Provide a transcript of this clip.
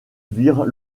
virent